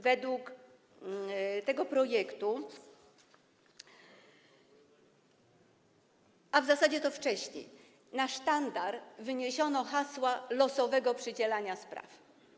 Według tego projektu, a w zasadzie wcześniej na sztandar wyniesiono hasło losowego przydzielania spraw.